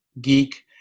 geek